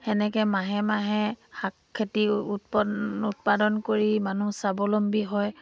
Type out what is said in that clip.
সেনেকৈ মাহে মাহে শাক খেতি উৎপাদন উৎপাদন কৰি মানুহ স্বাৱলম্বী হয়